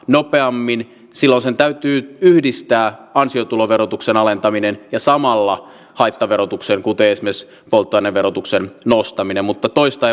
nopeammin silloin sen täytyy yhdistää ansiotuloverotuksen alentaminen ja samalla haittaverotuksen kuten esimerkiksi polttoaineverotuksen nostaminen toista ei